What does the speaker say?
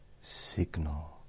signal